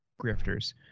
grifters